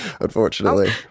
unfortunately